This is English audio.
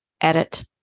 edit